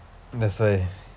that's why